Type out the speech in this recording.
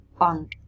on